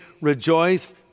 rejoice